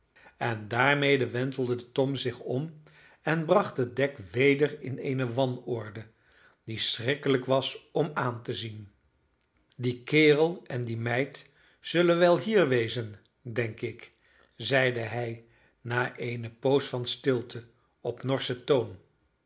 en daarmede wentelde tom zich om en bracht het dek weder in eene wanorde die schrikkelijk was om aan te zien die kerel en die meid zullen wel hier wezen denk ik zeide hij na eene poos van stilte op norschen toon